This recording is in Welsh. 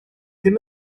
ddim